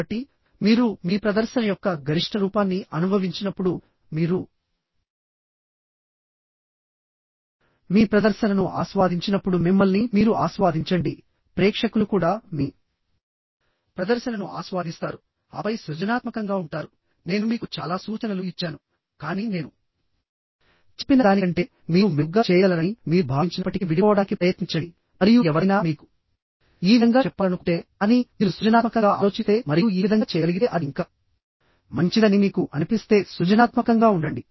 కాబట్టి మీరు మీ ప్రదర్శన యొక్క గరిష్ట రూపాన్ని అనుభవించినప్పుడు మీరు మీ ప్రదర్శనను ఆస్వాదించినప్పుడు మిమ్మల్ని మీరు ఆస్వాదించండి ప్రేక్షకులు కూడా మీ ప్రదర్శనను ఆస్వాదిస్తారు ఆపై సృజనాత్మకంగా ఉంటారు నేను మీకు చాలా సూచనలు ఇచ్చాను కానీ నేను చెప్పిన దానికంటే మీరు మెరుగ్గా చేయగలరని మీరు భావించినప్పటికీ విడిపోవడానికి ప్రయత్నించండి మరియు ఎవరైనా మీకు ఈ విధంగా చెప్పాలనుకుంటే కానీ మీరు సృజనాత్మకంగా ఆలోచిస్తే మరియు ఈ విధంగా చేయగలిగితే అది ఇంకా మంచిదని మీకు అనిపిస్తే సృజనాత్మకంగా ఉండండి